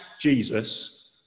Jesus